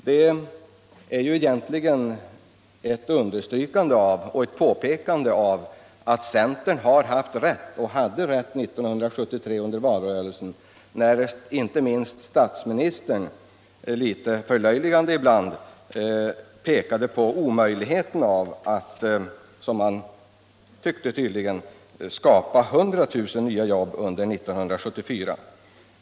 Det är egentligen ett understrykande av att centern har rätt och hade rätt under valrörelsen 1973, då inte minst statsministern litet förlöjligande ibland pekade på omöjligheten av att, som han tycktes anse, skapa 100 000 nya jobb under 1974.